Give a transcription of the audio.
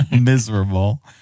miserable